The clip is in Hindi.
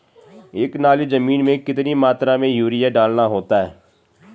एक नाली जमीन में कितनी मात्रा में यूरिया डालना होता है?